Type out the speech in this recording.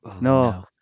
no